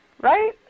right